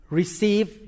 receive